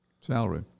salary